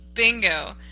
Bingo